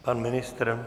Pan ministr?